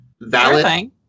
valid